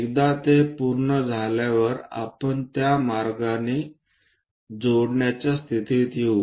एकदा ते पूर्ण झाल्यावर आपण त्या मार्गाने जोडण्याचा स्थितीत येऊ